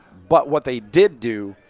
but what they did do,